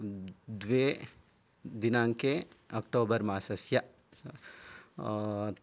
द्वे दिनाङ्के अक्टोबर् मासस्य